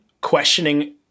questioning